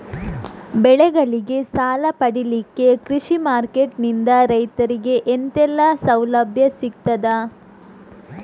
ಬೆಳೆಗಳಿಗೆ ಸಾಲ ಪಡಿಲಿಕ್ಕೆ ಕೃಷಿ ಮಾರ್ಕೆಟ್ ನಿಂದ ರೈತರಿಗೆ ಎಂತೆಲ್ಲ ಸೌಲಭ್ಯ ಸಿಗ್ತದ?